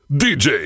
dj